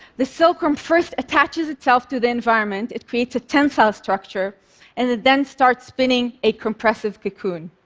the silkworm first attaches itself to the environment it creates a tensile structure and it then starts spinning a compressive cocoon.